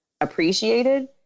appreciated